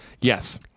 Yes